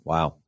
Wow